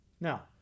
Now